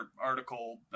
article